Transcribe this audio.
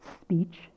speech